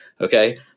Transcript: Okay